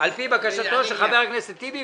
על-פי בקשתו של חבר הכנסת טיבי,